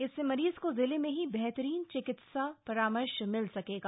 इससे मरीज को जिले में ही बेहतरीन चिकित्सीय परामर्श मिल सकेगा